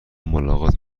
ملاقات